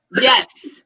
Yes